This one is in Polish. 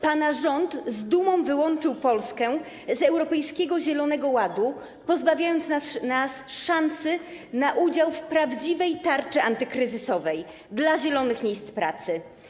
Pana rząd z dumą wyłączył Polskę z europejskiego zielonego ładu, pozbawiając nas szansy na udział w prawdziwej tarczy antykryzysowej - dla zielonych miejsc pracy.